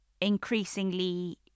increasingly